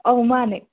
ꯑꯥꯎ ꯃꯥꯅꯦ